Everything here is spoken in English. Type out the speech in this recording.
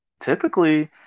typically